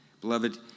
Beloved